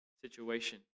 situation